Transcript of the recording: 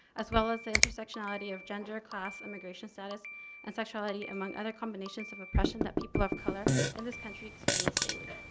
as well as the intersectionality of gender, class, immigration status and sexuality among other combinations of oppression that people have color in this country experience daily.